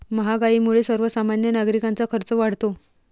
महागाईमुळे सर्वसामान्य नागरिकांचा खर्च वाढतो